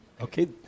Okay